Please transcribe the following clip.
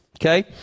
okay